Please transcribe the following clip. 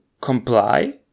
comply